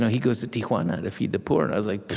he goes to tijuana to feed the poor. and i was like,